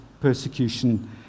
persecution